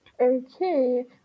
Okay